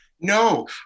No